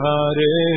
Hare